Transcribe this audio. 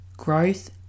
Growth